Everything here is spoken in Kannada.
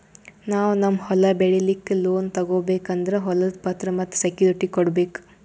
ನಾವ್ ನಮ್ ಹೊಲ ಬೆಳಿಲಿಕ್ಕ್ ಲೋನ್ ತಗೋಬೇಕ್ ಅಂದ್ರ ಹೊಲದ್ ಪತ್ರ ಮತ್ತ್ ಸೆಕ್ಯೂರಿಟಿ ಕೊಡ್ಬೇಕ್